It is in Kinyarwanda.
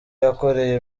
yakoreye